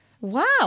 Wow